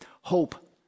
hope